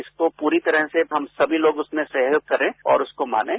इसको पूरी तरह से हम सभी लोग उसमें सहयोग करें और उसको मानें